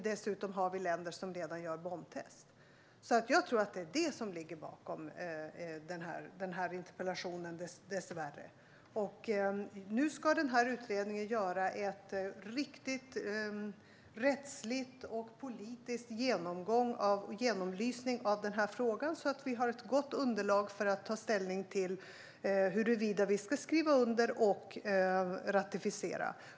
Dessutom finns länder som redan gör bombtest. Det är dessvärre vad som ligger bakom interpellationen. Nu ska utredningen göra en riktig rättslig och politisk genomlysning av frågan så att det finns ett gott underlag för att ta ställning till huruvida Sverige ska skriva under och ratificera.